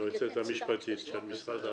היועצת המשפטית של משרד העבודה.